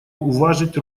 уважить